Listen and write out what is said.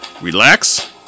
relax